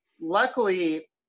Luckily